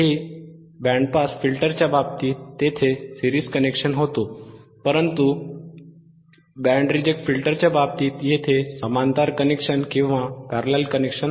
ते band pass फिल्टरच्या बाबतीत तेथे सिरीज़ कनेक्शन होते परंतु हे बँड रिजेक्ट फिल्टरच्या बाबतीत येथे समांतर कनेक्शन आहे